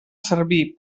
servir